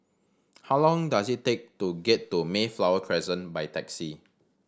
how long does it take to get to Mayflower Crescent by taxi